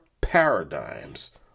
paradigms